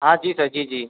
हाँ जी सर जी जी